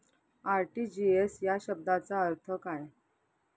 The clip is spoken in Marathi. आर.टी.जी.एस या शब्दाचा अर्थ काय?